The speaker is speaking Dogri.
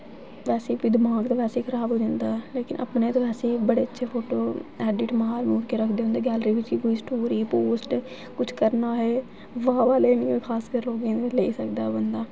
वैसे बी दमाग ते वैसै गै खराब होई जंदा लेकिन अपने ते वैसै बड़े अच्छे फोटू ऐडिट मारी मूरियै रखदे रौंह्दे कि गैलरी बिच गै पूरी स्टोरी पोस्ट किछ करना होऐ वाह् वाह् लेनी होऐ खास कर लोक एह् बी लेई सकदा बंदा